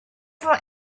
for